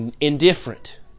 Indifferent